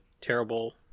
terrible